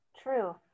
true